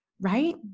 right